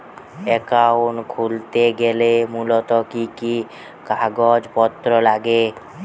Account খুলতে গেলে মূলত কি কি কাগজপত্র লাগে?